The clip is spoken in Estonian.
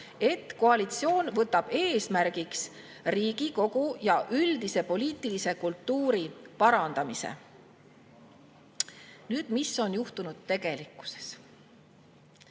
et koalitsioon võtab eesmärgiks Riigikogu ja üldise poliitilise kultuuri parandamise. Aga mis on juhtunud tegelikkuses?